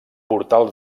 portal